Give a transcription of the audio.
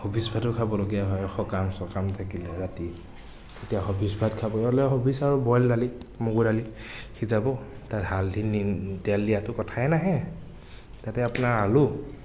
হবীজ ভাতো খাবলগীয়া হয় সকাম চকাম থাকিলে ৰাতি তেতিয়া হবীজ ভাত খাবলে হবীজ আৰু বইল দালি মগু দালি সিজাব তাত হালধি নিম তেল দিয়াটো কথাই নাহে তাতে আপোনাৰ আলু